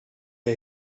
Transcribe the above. der